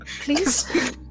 Please